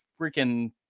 freaking